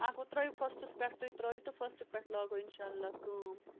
اَکوُہ ترٛٲوِو فٔسٹَس پٮ۪ٹھ تُہۍ ترٛٲوِو تہٕ فٔسٹہٕ پٮ۪ٹھ لاگو اِنشاء اللہ کٲم